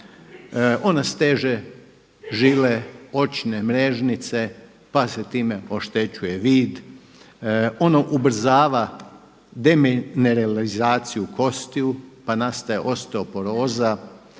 ona steže žile očne mrežnice pa se time oštećuje vid, ono ubrzava demineralizaciju kostiju, pa nastaje osteoporoza.